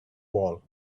wall